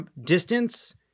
distance